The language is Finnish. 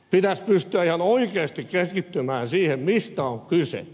pitäisi pystyä ihan oikeasti keskittymään siihen mistä on kyse